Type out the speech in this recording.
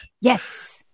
yes